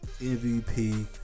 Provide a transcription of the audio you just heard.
MVP